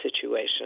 situation